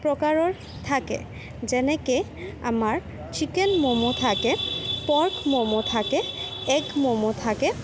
প্ৰকাৰৰ থাকে যেনেকৈ আমাৰ চিকেন ম'ম' থাকে পৰ্ক ম'ম' থাকে এগ ম'ম' থাকে